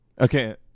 Okay